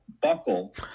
buckle